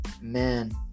man